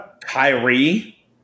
Kyrie